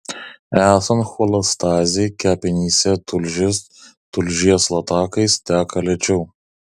esant cholestazei kepenyse tulžis tulžies latakais teka lėčiau